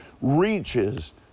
reaches